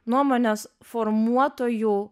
nuomonės formuotojų